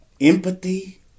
empathy